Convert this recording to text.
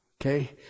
Okay